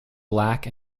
black